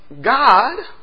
God